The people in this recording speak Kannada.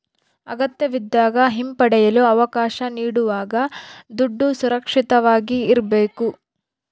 ಅಗತ್ಯವಿದ್ದಾಗ ಹಿಂಪಡೆಯಲು ಅವಕಾಶ ನೀಡುವಾಗ ದುಡ್ಡು ಸುರಕ್ಷಿತವಾಗಿ ಇರ್ಬೇಕು